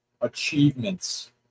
achievements